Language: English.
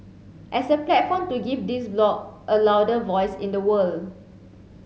as a platform to give this bloc a louder voice in the world